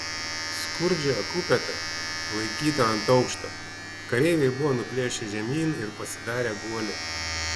skurdžią kupetą laikytą ant aukšto kareiviai buvo nuplėšę žemyn ir pasidarę guolį